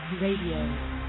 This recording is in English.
Radio